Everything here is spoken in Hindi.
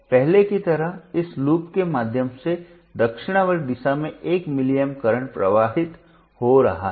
तो पहले की तरह इस लूप के माध्यम से दक्षिणावर्त दिशा में 1 मिलीएम्प करंट प्रवाहित हो रहा है